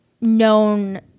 known